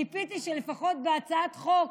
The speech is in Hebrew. ציפיתי שלפחות אחרי הצעת החוק